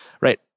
right